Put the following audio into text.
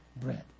bread